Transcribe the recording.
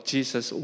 Jesus